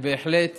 שבהחלט